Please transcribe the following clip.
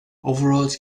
overalls